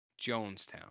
Jonestown